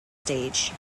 stage